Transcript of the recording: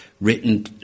written